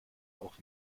auch